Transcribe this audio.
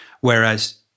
Whereas